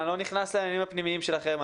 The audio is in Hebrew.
אני לא נכנס לעניינים הפנימיים שלכם.